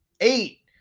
eight